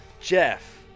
Jeff